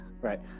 Right